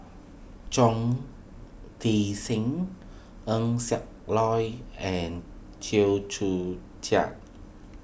Chong Tze Chien Eng Siak Loy and Chew Joo Chiat